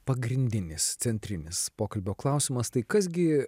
pagrindinis centrinis pokalbio klausimas tai kas gi